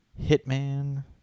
Hitman